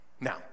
Now